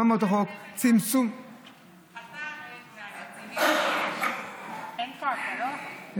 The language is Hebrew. צמצום, חבר הכנסת מקלב, אתה